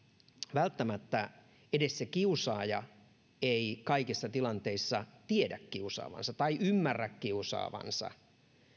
välttämättä edes se kiusaaja ei kaikissa tilanteissa tiedä kiusaavansa tai ymmärrä kiusaavansa